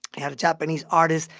had a japanese artist,